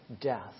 death